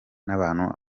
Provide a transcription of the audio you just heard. n’abantu